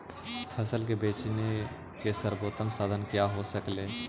फसल के बेचने के सरबोतम साधन क्या हो सकेली?